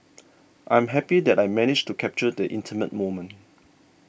I'm happy that I managed to capture the intimate moment